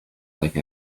like